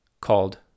called